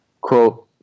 quote